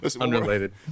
Unrelated